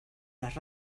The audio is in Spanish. las